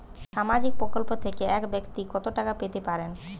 সামাজিক প্রকল্প থেকে এক ব্যাক্তি কত টাকা পেতে পারেন?